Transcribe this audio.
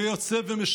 בין אם הוא חבר הכנסת,